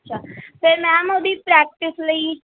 ਅੱਛਾ ਫਿਰ ਮੈਮ ਉਹਦੀ ਪ੍ਰੈਕਟਿਸ ਲਈ